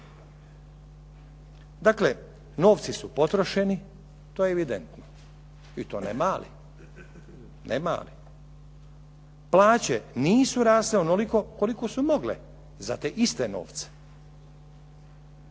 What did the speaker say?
Dakle, novci su potrošeni, to je evidentno i to ne mali. Plaće nisu rasle onoliko koliko su mogle za te iste novce.